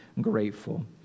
grateful